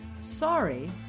Sorry